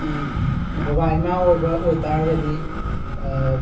ꯕꯕꯥ ꯏꯃꯥ ꯑꯣꯏꯕ ꯑꯣꯏꯇꯔꯒꯗꯤ